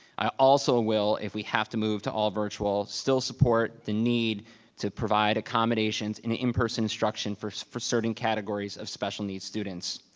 i also will, if we have to move to all virtual, still support the need to provide accommodations and in-person instruction for for certain categories of special needs students.